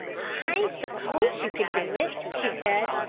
i suppose you could do it, she said,